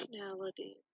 personality